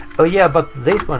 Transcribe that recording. oh yeah, but this but